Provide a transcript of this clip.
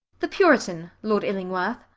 the puritan, lord illingworth.